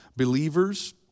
believers